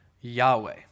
Yahweh